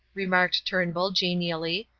remarked turnbull, genially,